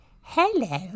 Hello